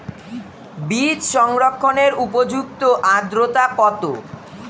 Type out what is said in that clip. বীজ সংরক্ষণের উপযুক্ত আদ্রতা কত?